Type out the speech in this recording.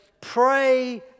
pray